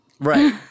Right